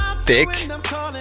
thick